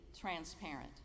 transparent